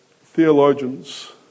theologians